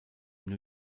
new